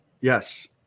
Yes